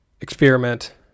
experiment